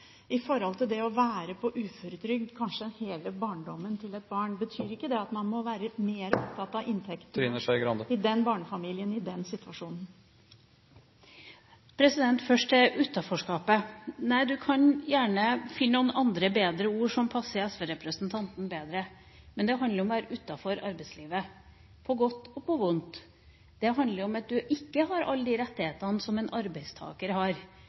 det å være på uføretrygd i kanskje hele barndommen til et barn. Betyr ikke det at man må være mer opptatt av inntektene i den barnefamilien i den situasjonen? Først til utenforskapet. Nei, du kan gjerne finne noen andre, bedre ord som passer SV-representanten bedre, men det handler om å være utenfor arbeidslivet – på godt og på vondt. Det handler om at du ikke har alle de rettighetene som en arbeidstaker har.